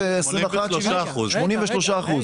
-- 83%.